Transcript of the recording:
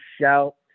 shout